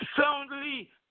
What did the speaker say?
Soundly